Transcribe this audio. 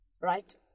right